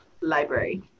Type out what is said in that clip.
library